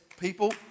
people